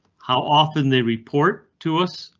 how often they report to us?